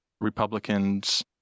Republicans